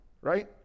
right